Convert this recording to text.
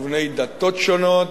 ובני דתות שונות,